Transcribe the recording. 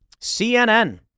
CNN